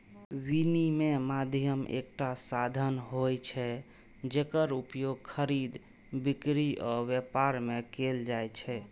विनिमय माध्यम एकटा साधन होइ छै, जेकर उपयोग खरीद, बिक्री आ व्यापार मे कैल जाइ छै